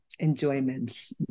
enjoyments